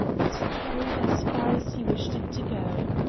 it carried as far as he wished it to go.